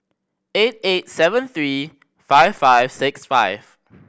eight eight seven three five five six five